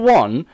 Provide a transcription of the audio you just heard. one